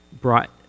brought